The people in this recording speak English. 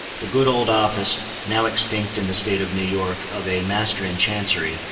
the good old office, now extinct in the state of new york, of a master in chancery,